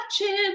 watching